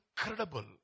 incredible